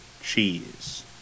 cheese